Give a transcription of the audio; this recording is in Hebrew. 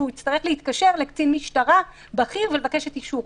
שהוא יצטרך להתקשר לקצין משטרה בכיר ולבקש את האישור,